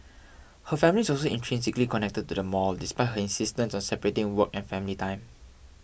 her family is also intrinsically connected to the mall despite her insistence on separating work and family time